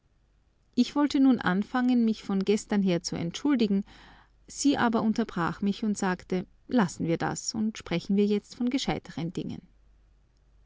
ich wollte nun anfangen mich von gestern her zu entschuldigen sie aber unterbrach mich und sagte lassen wir das und sprechen wir jetzt von gescheitern dingen